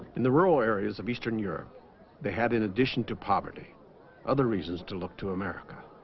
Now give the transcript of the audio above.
in the rural areas of eastern europe they had in addition to poverty other reasons to look to america